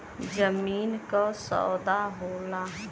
जमीन क सौदा होला